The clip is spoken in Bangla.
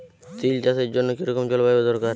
তিল চাষের জন্য কি রকম জলবায়ু দরকার?